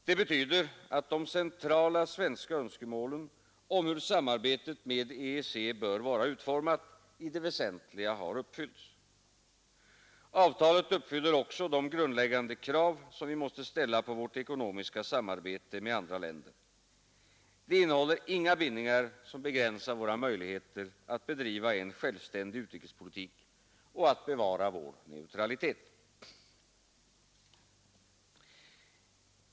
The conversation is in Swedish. Det betyder att de centrala svenska önskemålen om hur samarbetet med EEC bör vara utformat i det väsentliga har blivit tillgodosedda. Avtalet uppfyller också de grundläggande krav som vi måste ställa på vårt ekonomiska samarbete med andra länder. Det innehåller inga bindningar som begränsar våra möjligheter att bedriva en självständig utrikespolitik och att bevara vår neutralitet.